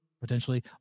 potentially